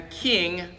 king